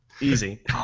easy